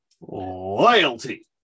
loyalty